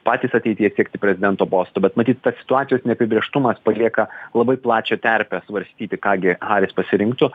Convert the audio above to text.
patys ateityje siekti prezidento posto bet matyt situacijos neapibrėžtumas palieka labai plačią terpę svarstyti ką gi haris pasirinktų